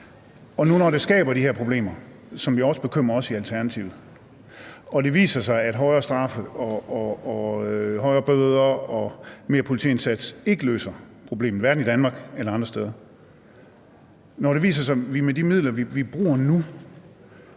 Og det skaber de her problemer, som jo også bekymrer os i Alternativet, og det viser sig, at højere straffe og højere bøder og mere politiindsats ikke løser problemet, hverken i Danmark eller andre steder, og det viser sig, at vi med de midler, vi bruger nu,